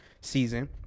season